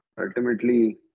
ultimately